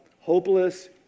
hopeless